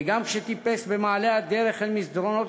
וגם כשטיפס במעלה הדרך אל מסדרונות